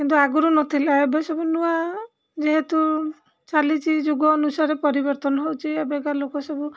କିନ୍ତୁ ଆଗରୁ ନଥିଲା ଏବେ ସବୁ ନୂଆ ଯେହେତୁ ଚାଲିଛି ଯୁଗ ଅନୁସାରେ ପରିବର୍ତ୍ତନ ହେଉଛି ଏବେକା ଲୋକ ସବୁ